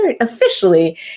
officially